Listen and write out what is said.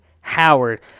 Howard